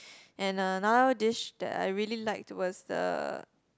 and uh another dish that I really like was the